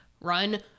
run